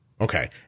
Okay